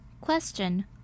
Question